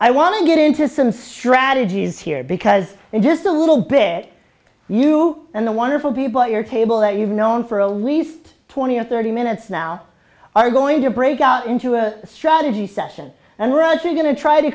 to get into some strategies here because in just a little bit you and the wonderful people at your table that you've known for a least twenty or thirty minutes now are going to break out into a strategy session and we're actually going to try to